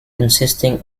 consisting